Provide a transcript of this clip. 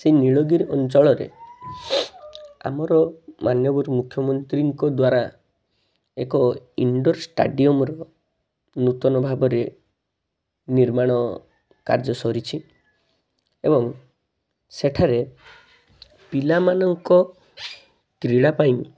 ସେଇ ନୀଳଗିରି ଅଞ୍ଚଳରେ ଆମର ମାନ୍ୟବର ମୁଖ୍ୟମନ୍ତ୍ରୀଙ୍କ ଦ୍ୱାରା ଏକ ଇଣ୍ଡୋର ଷ୍ଟାଡ଼ିୟମର ନୂତନ ଭାବରେ ନିର୍ମାଣ କାର୍ଯ୍ୟ ସରିଛି ଏବଂ ସେଠାରେ ପିଲାମାନଙ୍କ କ୍ରୀଡ଼ା ପାଇଁ